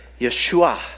Yeshua